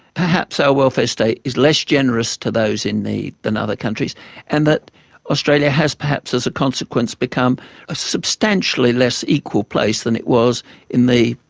perhaps our welfare state is less generous to those in need than other countries and that australia has perhaps as a consequence become a substantially less equal place than it was in the,